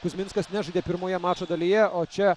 kuzminskas nežaidė pirmoje mačo dalyje o čia